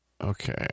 Okay